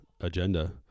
agenda